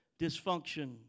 Dysfunction